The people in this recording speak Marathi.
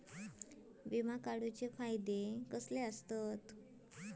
विमा काढूचे फायदे काय आसत?